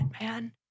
man